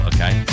Okay